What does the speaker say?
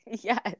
yes